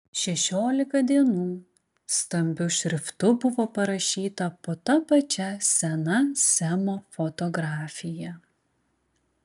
šešiolika dienų stambiu šriftu buvo parašyta po ta pačia sena semo fotografija